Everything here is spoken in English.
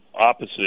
opposite